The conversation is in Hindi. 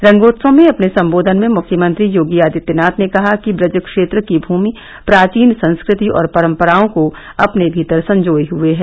रंगोत्सव में अपने संबोधन में मुख्यमंत्री योगी आदित्यनाथ ने कहा कि व्रज क्षेत्र की भूमि प्राचीन संस्कृति और परंपराओं को अपने भीतर संजोये हए है